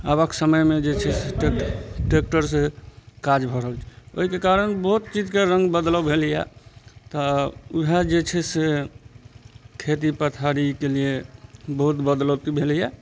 आबक समयमे जे छै से ट्रैक ट्रैक्टरसँ काज भऽ रहल छै ओइके कारण बहुत चीजके रङ्ग बदलाव भेलइए तऽ उएह जे छै से खेती पथारीके लिये बहुत बदलौती भेलइए